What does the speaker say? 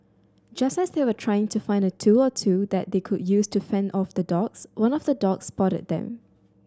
just as they were trying to find a tool or two that they could use to fend off the dogs one of the dogs spotted them